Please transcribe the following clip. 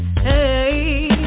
Hey